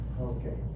Okay